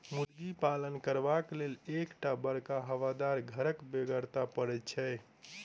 मुर्गी पालन करबाक लेल एक टा बड़का हवादार घरक बेगरता पड़ैत छै